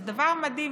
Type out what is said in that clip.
שזה דבר מדהים.